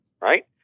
right